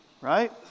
Right